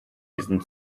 diesen